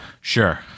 Sure